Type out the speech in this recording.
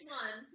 one